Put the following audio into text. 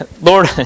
Lord